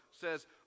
says